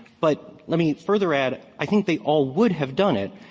but let me further add, i think they all would have done it.